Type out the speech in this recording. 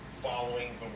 following